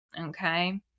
Okay